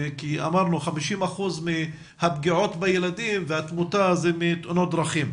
כי 50% מהפגיעות בילדים והתמותה הן מתאונות דרכים,